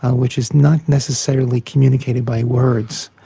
ah which is not necessarily communicated by words,